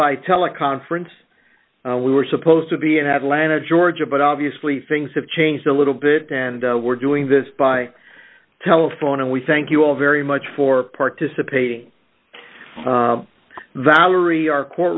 by teleconference we were supposed to be and have lana georgia but obviously things have changed a little bit and we're doing this by telephone and we thank you all very much for participating valerie our court